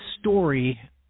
story